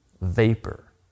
vapor